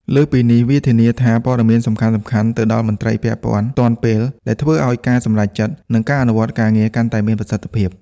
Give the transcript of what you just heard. លើសពីនេះ វា ធានាថាព័ត៌មានសំខាន់ៗទៅដល់មន្ត្រីពាក់ព័ន្ធទាន់ពេល ដែលធ្វើឱ្យការសម្រេចចិត្ត និងការអនុវត្តការងារកាន់តែមានប្រសិទ្ធភាព។